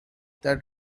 that